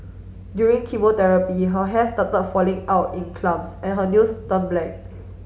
during chemotherapy her hair start falling out in clumps and her nails turn black